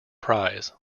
prize